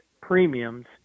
premiums